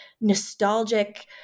nostalgic